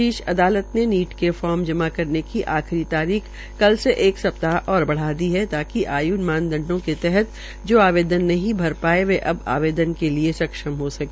शीर्ष अदालत ने नीट के लिए फार्म जमा करने की आखिरी तारीख कल से एक सप्ताह ओर बढ़ा दी है ताकि आय् मानदंडो के तहत जो आवेदन नहीं कर पाये वे अब आवदेन के लिये सक्षम हो सके